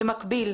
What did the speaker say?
במקביל,